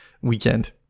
weekend